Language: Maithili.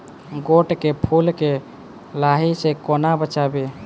गोट केँ फुल केँ लाही सऽ कोना बचाबी?